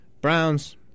Browns